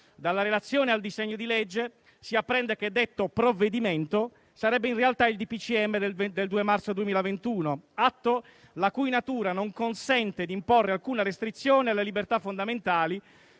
Dalla Relazione al Disegno di Legge si apprende che detto "Provvedimento" sarebbe in realtà il D.P.C.M. del 2 Marzo 2021, atto la cui natura non consente di imporre alcuna restrizione alle libertà fondamentali,